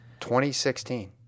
2016